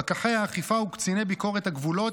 פקחי האכיפה וקציני ביקורת הגבולות,